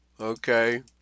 Okay